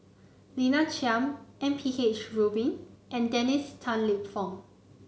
Lina Chiam M P H Rubin and Dennis Tan Lip Fong